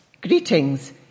greetings